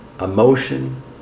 emotion